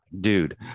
dude